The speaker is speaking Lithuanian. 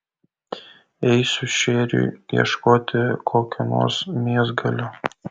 eisiu šėriui ieškoti kokio nors mėsgalio